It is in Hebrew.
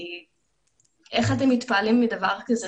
כי איך אתם מתפעלים מדבר כזה.